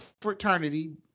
fraternity